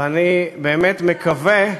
ואני באמת מקווה,